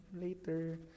later